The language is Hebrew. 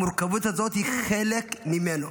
המורכבות הזאת היא חלק ממנו.